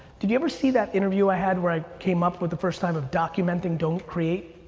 did you ever see that interview i had where i came up with the first time of documenting don't create?